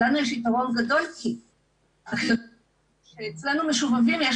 לנו יש יתרון גדול כי --- אצלנו משובבים יש